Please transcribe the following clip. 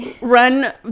run